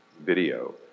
video